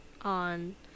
on